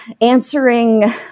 answering